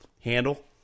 handle